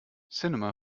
cinema